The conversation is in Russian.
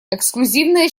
эксклюзивное